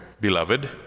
beloved